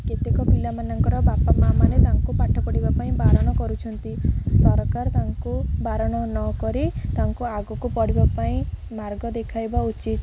କେତେକ ପିଲାମାନଙ୍କର ବାପା ମାଆମାନେ ତାଙ୍କୁ ପାଠ ପଢ଼ିବା ପାଇଁ ବାରଣ କରୁଛନ୍ତି ସରକାର ତାଙ୍କୁ ବାରଣ ନକରି ତାଙ୍କୁ ଆଗକୁ ପଢ଼ିବା ପାଇଁ ମାର୍ଗ ଦେଖାଇବା ଉଚିତ